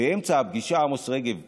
באמצע הפגישה עמוס רגב פרש,